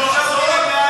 חבר הכנסת חיים ילין,